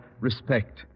respect